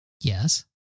Yes